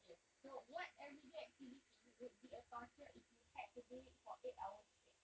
okay so what everyday activity would be a torture if you had to do it for eight hours straight